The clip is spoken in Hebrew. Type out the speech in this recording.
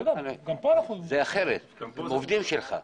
זה אחרת, הם עובדים שלך.